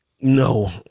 No